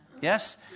Yes